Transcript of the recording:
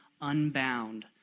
unbound